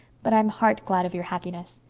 but i'm heart-glad of your happiness.